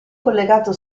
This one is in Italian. collegato